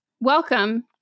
welcome